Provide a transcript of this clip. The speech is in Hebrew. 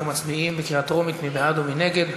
אנחנו מצביעים בקריאה טרומית, מי בעד ומי נגד?